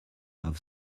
have